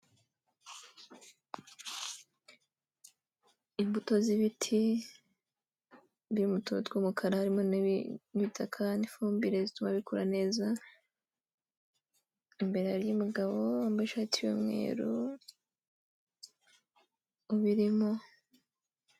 Imbuto z'ibiti biri mu tuntu tw'umukara harimo n'ibitaka n'ifumbire bituma bikura neza, imbere hariyo umugabo wambaye ishati y'umweru ubirimo.